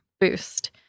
boost